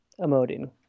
emoting